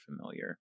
familiar